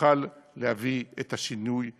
תוכל להביא את השינוי הנכסף.